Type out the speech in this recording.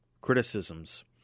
criticisms